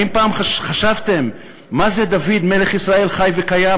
האם פעם חשבתם מה זה "דוד מלך ישראל חי וקיים"?